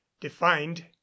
defined